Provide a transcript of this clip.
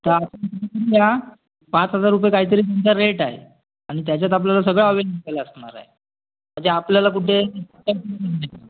पाच हजार रुपये काहीतरी त्यांचा रेट आहे आणि त्याच्यात आपल्याला सगळ अवेलेबल असणार आहे म्हणजे आपल्याला कुठे हा